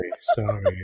sorry